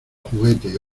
juguete